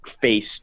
face